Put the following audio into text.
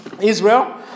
Israel